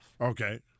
Okay